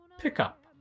Pickup